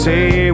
Say